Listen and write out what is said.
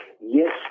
Yes